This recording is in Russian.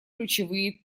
ключевые